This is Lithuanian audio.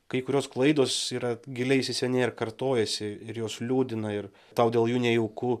kai kurios klaidos yra giliai įsisenėję ir kartojasi ir jos liūdina ir tau dėl jų nejauku